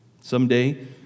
Someday